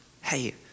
hey